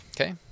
Okay